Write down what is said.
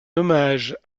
hommage